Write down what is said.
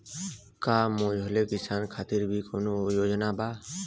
का मझोले किसान खातिर भी कौनो योजना बा?